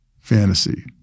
fantasy